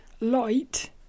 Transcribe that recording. light